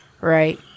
Right